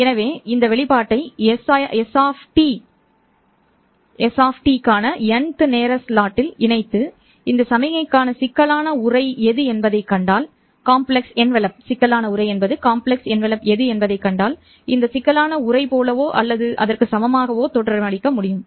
எனவே இந்த வெளிப்பாட்டை s க்கான n th நேர ஸ்லாட்டில் இணைத்து இந்த சமிக்ஞைக்கான சிக்கலான உறை எது என்பதைக் கண்டால் இந்த சிக்கலான உறை போலவோ அல்லது அதற்கு சமமாகவோ தோற்றமளிக்க முடியும்